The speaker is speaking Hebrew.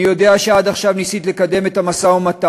אני יודע שעד עכשיו ניסית לקדם את המשא-ומתן,